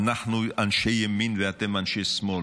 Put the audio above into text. אנחנו אנשי ימין ואתם אנשי שמאל.